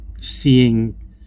Seeing